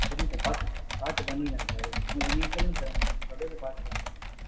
சரிங்க சார் பார்த்து பார்த்து பண்ணிக்கலாம் சார் உங்கள் நீங்கள் சொல்லுங்கள் சார் உங்களுக்கு நீங்கள் சொல்கிறத பார்த்து பண்ணிக்கலாம் சார்